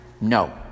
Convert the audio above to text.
no